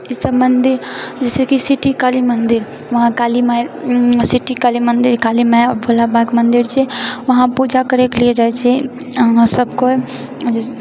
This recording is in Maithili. ई सब मंदिर जैसे कि सिटी काली मंदिर ओतऽकाली माइ सिटी काली मंदिर काली माइ भोला बाबा कऽ मंदिर छै वहांँ पूजा करैके लिए जाइत छियै हमरा सबकेँ